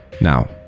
Now